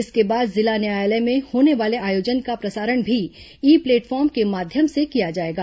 इसके बाद जिला न्यायालय में होने वाले आयोजन का प्रसारण भी ई प्लेटफॉर्म के माध्यम से किया जाएगा